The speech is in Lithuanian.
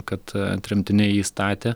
kad tremtiniai jį statė